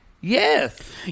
yes